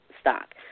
stock